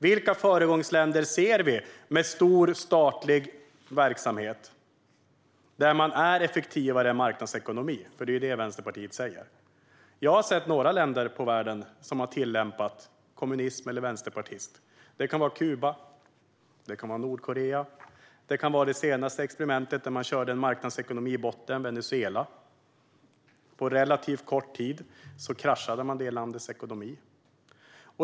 Vilka föregångsländer ser vi med stor statlig verksamhet där man har en effektivare marknadsekonomi? Det är ju det som Vänsterpartiet säger. Jag har sett på några länder i världen som har tillämpat kommunism eller varit vänsterpartistiskt. Det kan vara Kuba eller Nordkorea. Det senaste experimentet där man körde en marknadsekonomi i botten var Venezuela. På relativt kort tid kraschade man det landets ekonomi.